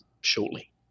shortly